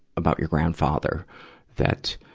about your grandfather that,